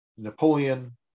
Napoleon